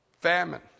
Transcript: Famine